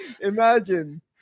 imagine